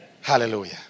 Hallelujah